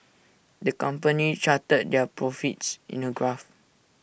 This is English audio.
the company charted their profits in A graph